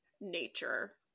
nature